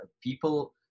people